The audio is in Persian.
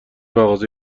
مغازه